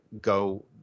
go